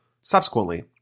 subsequently